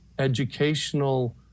educational